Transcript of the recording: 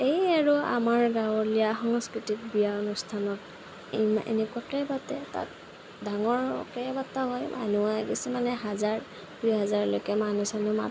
এইয়ে আৰু আমাৰ গাঁৱলীয়া সংস্কৃতিত বিয়া অনুষ্ঠানত এনেকুৱাকে পাতে তাত ডাঙৰকৈয়ে পাতা হয় মানুহ আহে কিছুমানে হাজাৰ দুই হাজাৰ লৈকে মানুহ চানুহ মাতে